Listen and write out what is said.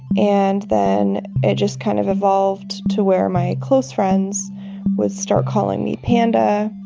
and then it just kind of evolved to where my close friends would start calling me panda.